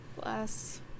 Bless